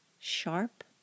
sharp